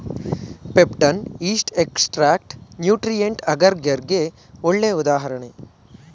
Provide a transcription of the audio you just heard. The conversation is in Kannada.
ಪೆಪ್ಟನ್, ಈಸ್ಟ್ ಎಕ್ಸ್ಟ್ರಾಕ್ಟ್ ನ್ಯೂಟ್ರಿಯೆಂಟ್ ಅಗರ್ಗೆ ಗೆ ಒಳ್ಳೆ ಉದಾಹರಣೆ